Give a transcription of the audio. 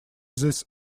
these